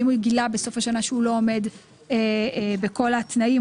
אם הוא גילה בסוף השנה שהוא לא עומד בכל התנאים,